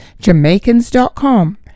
Jamaicans.com